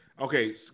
Okay